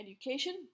education